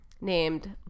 named